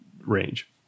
range